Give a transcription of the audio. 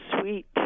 sweet